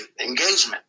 engagement